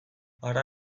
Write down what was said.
hara